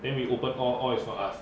then we open all all is not us